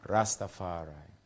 Rastafari